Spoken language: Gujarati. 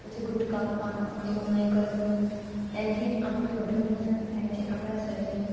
પછી ગુટખા પાન એવું નહીં કરવું એનાથી આપણને વધુ નુકસાન થાય છે આપણાં શરીરને